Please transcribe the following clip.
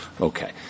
Okay